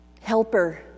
helper